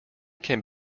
can